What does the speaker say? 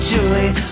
Julie